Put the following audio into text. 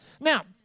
Now